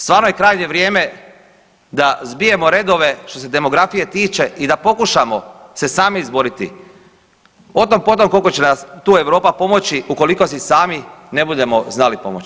Stvarno je krajnje vrijeme da zbijemo redove što se demografije tiče i da pokušamo se sami izboriti, o tom potom kolko će nam tu Europa pomoći ukoliko si sami ne budemo znali pomoći.